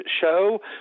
show